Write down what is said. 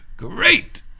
Great